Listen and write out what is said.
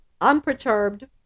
unperturbed